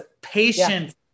patience